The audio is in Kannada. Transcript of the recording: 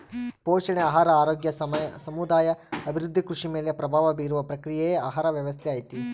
ಪೋಷಣೆ ಆಹಾರ ಆರೋಗ್ಯ ಸಮುದಾಯ ಅಭಿವೃದ್ಧಿ ಕೃಷಿ ಮೇಲೆ ಪ್ರಭಾವ ಬೀರುವ ಪ್ರಕ್ರಿಯೆಯೇ ಆಹಾರ ವ್ಯವಸ್ಥೆ ಐತಿ